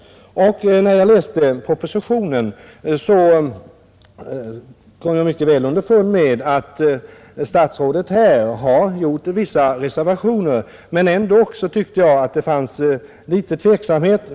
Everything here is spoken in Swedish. När jag läste propositionen kom iag mycket väl underfund med att statsrådet där har gjort vissa reservationer, men ändock tyckte jag att det fanns litet tveksamhet.